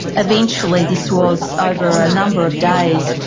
eventually, this was over a number of days,